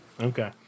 Okay